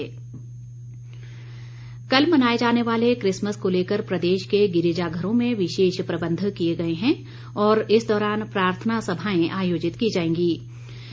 Christmas नववर्ष कल मनाए जाने वाले क्रिसमस को लेकर प्रदेश के गिरिजाधरों में विशेष प्रबंध किए गए हैं और इस दौरान प्रार्थना सभाएं आयोजित की जाएगीं